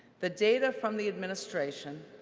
the data from the administration,